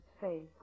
face